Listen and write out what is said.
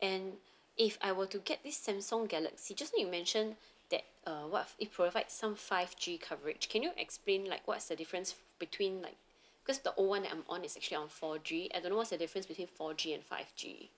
and if I were to get this samsung galaxy just now you mentioned that uh what it provides some five G coverage can you explain like what's the difference between like because the old one that I'm on is actually on four G I don't know what's the difference between four G and five G